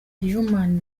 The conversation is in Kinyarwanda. human